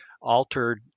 altered